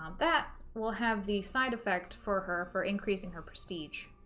that will have the side effect for her for increasing her prestige